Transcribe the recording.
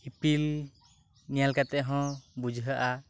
ᱤᱯᱤᱞ ᱧᱮᱞ ᱠᱟᱛᱮᱫ ᱦᱚᱸ ᱵᱩᱡᱷᱟᱹᱜᱼᱟ